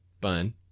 Bun